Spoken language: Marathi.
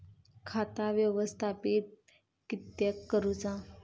खाता व्यवस्थापित किद्यक करुचा?